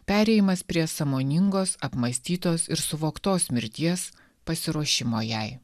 perėjimas prie sąmoningos apmąstytos ir suvoktos mirties pasiruošimo jai